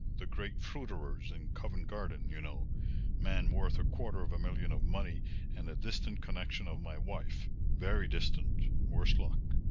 the great fruiterers in covent garden, you know man worth a quarter of a million of money and a distant connection of my wife very distant, worse luck!